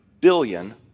billion